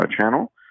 channel